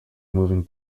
moving